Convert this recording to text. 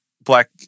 Black